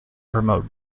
promote